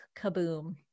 kaboom